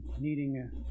needing